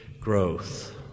growth